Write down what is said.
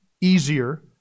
easier